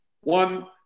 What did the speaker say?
One